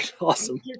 Awesome